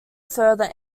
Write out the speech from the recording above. further